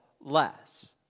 less